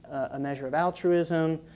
a measure of altruism,